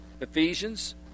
Ephesians